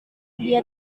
dia